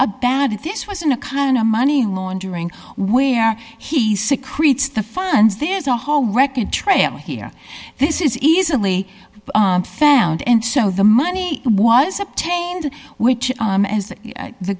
bad if this wasn't a kind of money laundering where he secretes the funds there's a whole reckon trail here this is easily found and so the money was obtained which is that the